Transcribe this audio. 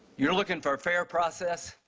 you're looking for a fair process,